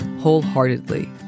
wholeheartedly